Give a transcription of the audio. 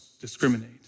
discriminate